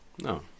No